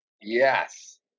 yes